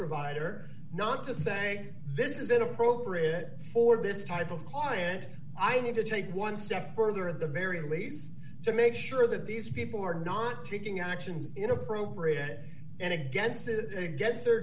provider not to say this is inappropriate for this type of client i need to take one step further at the very least to make sure that these people are not taking actions inappropriate and against the against their